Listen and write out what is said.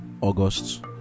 August